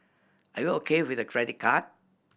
are you O K with a credit card